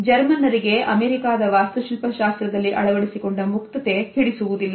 ಜರ್ಮನ್ನರಿಗೆ ಅಮೇರಿಕಾದ ವಾಸ್ತುಶಿಲ್ಪ ಶಾಸ್ತ್ರದಲ್ಲಿ ಅಳವಡಿಸಿಕೊಂಡ ಮುಕ್ತತೆ ಹಿಡಿಸುವುದಿಲ್ಲ